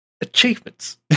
achievements